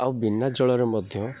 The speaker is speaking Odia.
ଆଉ ବିନା ଜଳରେ ମଧ୍ୟ